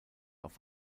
auf